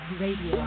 radio